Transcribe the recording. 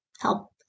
help